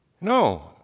No